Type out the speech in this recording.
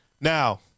Now